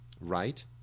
Right